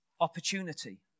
opportunity